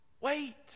Wait